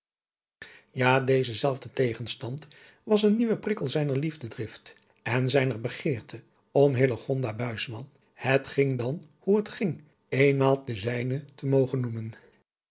ja deze zelfde tegenstand was een nieuwe prikkel zijner liefdedrift en zijner begeerte om hillegonda buisman het ging dan hoe het ging eenmaal de zijne te mogen noemen